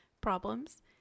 problems